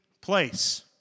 place